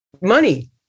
Money